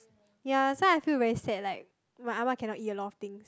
ya so I feel very sad like my ah-ma cannot eat a lot of things